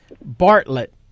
Bartlett